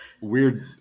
weird